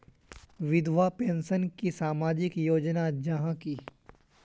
विधवा पेंशन की सामाजिक योजना जाहा की?